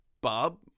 Bob